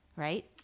Right